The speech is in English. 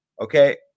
Okay